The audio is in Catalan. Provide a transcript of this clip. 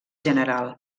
general